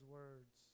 words